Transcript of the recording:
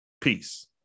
Peace